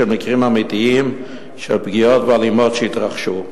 מקרים אמיתיים של פגיעות ואלימות שהתרחשו.